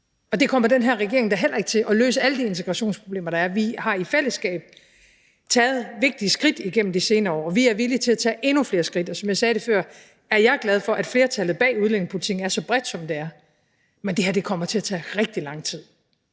og det kommer den her regering da heller ikke til, altså at løse alle de integrationsproblemer, der er. Vi har i fællesskab taget vigtige skridt igennem de senere år, og vi er villige til at tage endnu flere skridt. Og som jeg sagde det før, er jeg glad for, flertallet bag udlændingepolitikken er så bredt, som det er, men det her kommer til at tage rigtig lang tid,